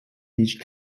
beach